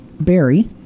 barry